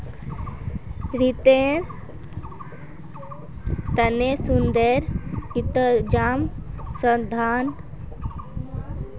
रिनेर तने सुदेर इंतज़ाम संस्थाए करोह